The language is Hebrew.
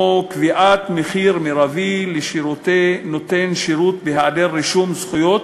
(קביעת מחיר מרבי לשירותי נותן שירות בהיעדר רישום זכויות